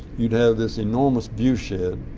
you'd have this enormous view shed,